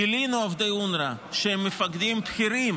גילינו עובדי אונר"א שהם מפקדים בכירים